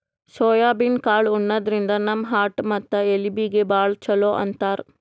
soybean ಕಾಳ್ ಉಣಾದ್ರಿನ್ದ ನಮ್ ಹಾರ್ಟ್ ಮತ್ತ್ ಎಲಬೀಗಿ ಭಾಳ್ ಛಲೋ ಅಂತಾರ್